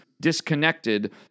disconnected